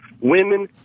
women